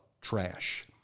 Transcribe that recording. trash